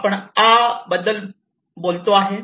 आपण आ बद्दल बोलतो आहे